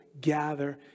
gather